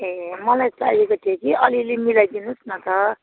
ए मलाई चाहिएको थियो कि अलिअलि मिलाइदिनुहोस् न त